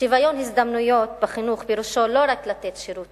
שוויון הזדמנויות בחינוך פירושו לא רק לתת שירות